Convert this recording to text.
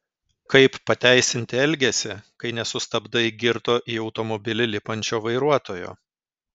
kaip pateisinti elgesį kai nesustabdai girto į automobilį lipančio vairuotojo